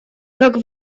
как